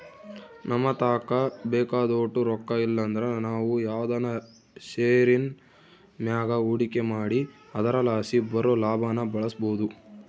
ನಮತಾಕ ಬೇಕಾದೋಟು ರೊಕ್ಕ ಇಲ್ಲಂದ್ರ ನಾವು ಯಾವ್ದನ ಷೇರಿನ್ ಮ್ಯಾಗ ಹೂಡಿಕೆ ಮಾಡಿ ಅದರಲಾಸಿ ಬರೋ ಲಾಭಾನ ಬಳಸ್ಬೋದು